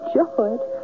George